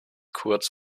kurz